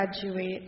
graduate